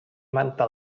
manta